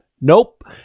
nope